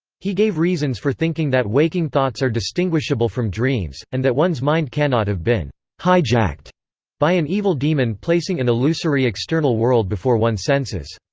he gave reasons for thinking that waking thoughts are distinguishable from dreams, and that one's mind cannot have been hijacked by an evil demon placing an illusory external world before one's senses.